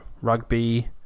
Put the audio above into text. rugby